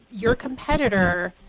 your competitor,